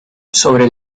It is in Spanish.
sobre